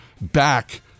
back